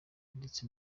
ndetse